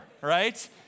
right